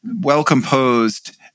well-composed